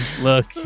Look